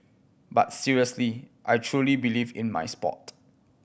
but seriously I truly believe in my sport